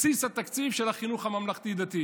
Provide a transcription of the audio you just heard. לבסיס התקציב של החינוך הממלכתי-דתי.